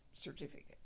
certificate